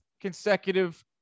consecutive